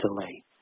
delay